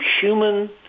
human